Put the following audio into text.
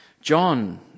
John